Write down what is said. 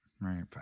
Right